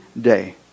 day